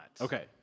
Okay